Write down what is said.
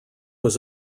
was